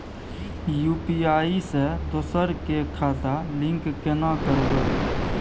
UPI से दोसर के खाता लिंक केना करबे?